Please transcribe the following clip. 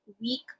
week